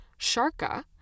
Sharka